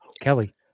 Kelly